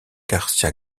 garcía